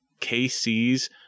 KC's